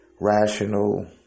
rational